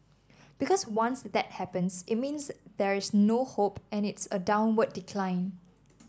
because once that happens it means there is no hope and it's a downward decline